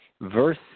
Verse